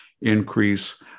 increase